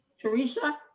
teresa.